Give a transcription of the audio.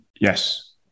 yes